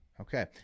Okay